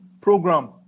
program